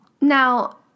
Now